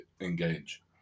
engage